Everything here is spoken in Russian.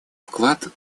вклад